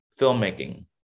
filmmaking